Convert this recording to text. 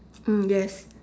mm yes